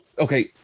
okay